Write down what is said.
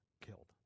killed